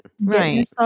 right